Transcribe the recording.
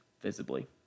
visibly